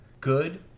good